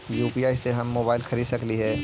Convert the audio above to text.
UPI से हम mobile खरिद सकलिऐ है